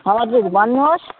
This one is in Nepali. हदुर भन्नुहोस्